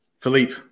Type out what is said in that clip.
Philippe